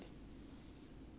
七月 mah